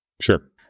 Sure